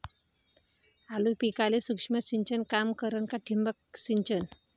आलू पिकाले सूक्ष्म सिंचन काम करन का ठिबक सिंचन?